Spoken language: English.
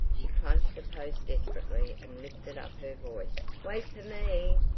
she clutched the post desperately and lifted up her voice. wait for me!